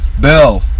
Bill